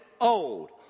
old